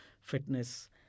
fitness